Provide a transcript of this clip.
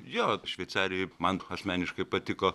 jo šveicarijoj man asmeniškai patiko